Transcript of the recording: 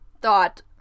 thought